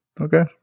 Okay